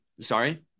Sorry